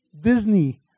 Disney